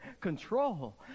control